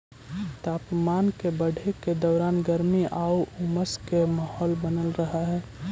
तापमान के बढ़े के दौरान गर्मी आउ उमस के माहौल बनल रहऽ हइ